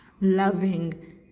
loving